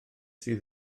sydd